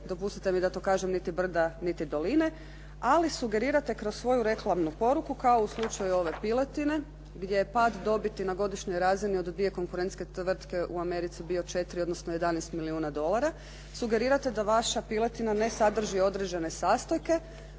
dopustite mi da to kažem niti brda, niti doline. Ali sugerirate kroz svoju reklamnu poruku kao u slučaju ove piletine gdje je pad dobiti na godišnjoj razini od dvije konkurentske tvrtke u Americi bio 4 odnosno 11 milijuna dolara sugerirate da vaša piletina ne sadrži određene sastojke